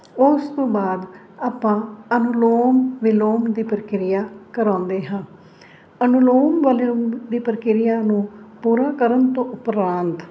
ਉਹ ਉਸ ਤੋਂ ਬਾਅਦ ਆਪਾਂ ਅਨਲੋਮ ਵਿਲੋਮ ਦੀ ਪ੍ਰਕਿਰਿਆ ਕਰਾਉਂਦੇ ਹਾਂ ਅਨਲੋਮ ਵਾਲੇ ਰੂਪ ਦੀ ਪ੍ਰਕਿਰਿਆ ਨੂੰ ਪੂਰਾ ਕਰਨ ਤੋਂ ਉਪਰੰਤ